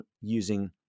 using